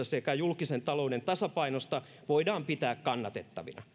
sekä julkisen talouden tasapainosta voidaan pitää kannatettavina